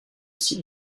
six